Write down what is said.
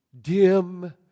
dim